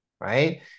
right